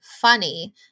funny